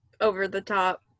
over-the-top